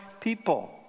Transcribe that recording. people